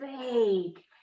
fake